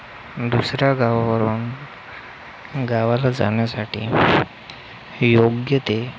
दुसऱ्या गावावरून गावाला जाण्यासाठी योग्य ते